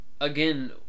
again